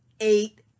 eight